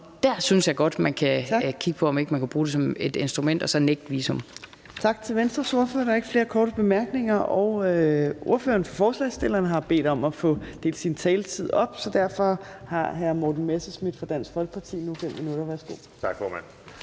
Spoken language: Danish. Der synes jeg godt, at man kan kigge på, om ikke man kunne bruge det som et instrument så at nægte visum. Kl. 12:54 Fjerde næstformand (Trine Torp): Tak til Venstres ordfører. Der er ikke flere korte bemærkninger. Ordføreren for forslagsstillerne har bedt om at få delt sin taletid op, så derfor har hr. Morten Messerschmidt fra Dansk Folkeparti nu 5 minutter. Værsgo. Kl.